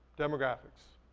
demographics.